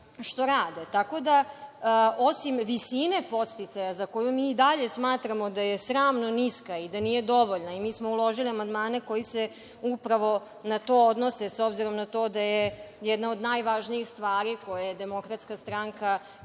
što rade. Tako da, osim visine podsticaja za koju i dalje smatramo da je sramno niska i da nije dovoljna, uložili smo amandmane koji se na to odnose s obzirom na to da je jedna od najvažnijih stvari koje je DS u vreme kada